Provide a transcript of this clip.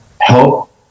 help